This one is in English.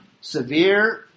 severe